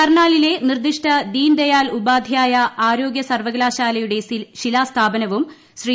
കർണാലിലെ നിർദ്ദിഷ്ട ദീൻ ദയാൽ ഉപാധ്യായ ആരോഗ്യ സർവകലാശാലയുടെ ശിലാസ്ഥാപനവും ശ്രീ